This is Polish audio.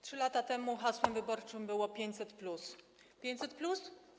3 lata temu hasłem wyborczym było 500+. 500+?